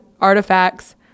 artifacts